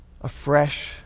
Afresh